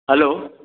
hello